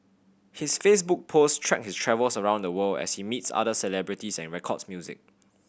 his Facebook posts track his travels around the world as he meets other celebrities and records music